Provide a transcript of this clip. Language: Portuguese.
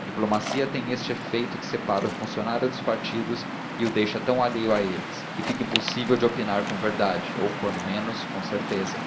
a diplomacia tem este efeito que separa o funcionário dos partidos e o deixa tão alheio a eles que fica impossível de opinar com verdade ou quando menos com certeza